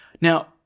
Now